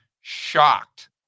shocked